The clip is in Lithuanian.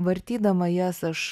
vartydama jas aš